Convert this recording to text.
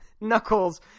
Knuckles